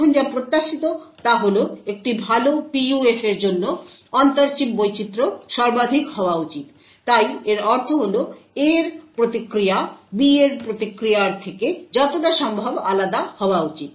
এখন যা প্রত্যাশিত তা হল একটি ভাল PUF এর জন্য অন্তর চিপ বৈচিত্র সর্বাধিক হওয়া উচিত তাই এর অর্থ হল A এর প্রতিক্রিয়া B এর প্রতিক্রিয়া থেকে যতটা সম্ভব আলাদা হওয়া উচিত